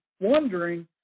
wondering